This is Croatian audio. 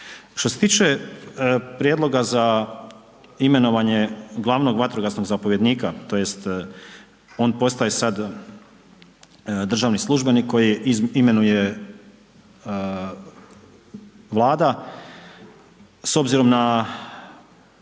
Što se tiče prijedloga za imenovanje glavnog vatrogasnog zapovjednika tj. on postaje sad državni službenik koji imenuje Vlada, s obzirom na